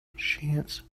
chance